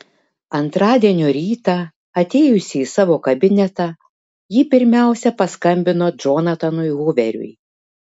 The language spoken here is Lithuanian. antradienio rytą atėjusi į savo kabinetą ji pirmiausia paskambino džonatanui huveriui